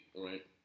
right